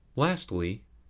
lastly,